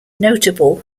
notable